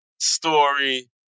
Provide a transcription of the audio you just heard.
story